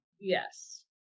Yes